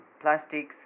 plastics